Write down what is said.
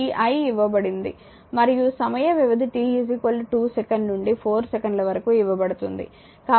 ఈ i ఇవ్వబడింది మరియు సమయ వ్యవధి t 2 సెకను నుండి 4 సెకన్ల వరకు ఇవ్వబడుతుంది